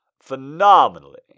Phenomenally